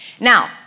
Now